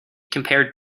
compared